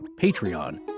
Patreon